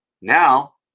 now